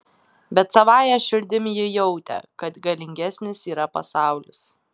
bet savąja širdim ji jautė kad galingesnis yra pasaulis